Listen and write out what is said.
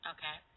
Okay